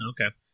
Okay